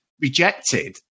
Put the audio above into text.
rejected